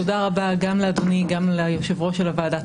תודה רבה גם לאדוני וגם ליושב ראש הוועדה הקבוע.